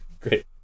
great